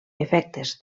efectes